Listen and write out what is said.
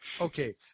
Okay